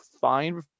fine